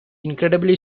incredibly